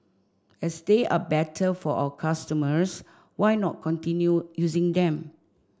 as they are better for our customers why not continue using them